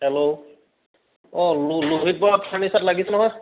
hello অঁ লো লোহিত বৰা ফাৰ্নিচাৰত লাগিছে নহয়